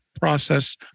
process